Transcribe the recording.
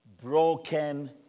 broken